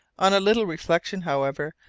on a little reflection, however,